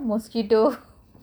mosquito